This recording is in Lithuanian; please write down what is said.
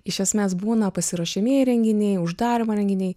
iš esmės būna pasiruošiamieji renginiai uždarymo renginiai